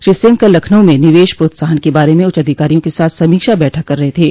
श्री सिंह कल लखनऊ में निवेश प्रोत्साहन के बारे में उच्चाधिकारियों के साथ समीक्षा बैठक कर रहे थे